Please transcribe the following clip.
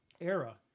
era